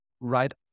right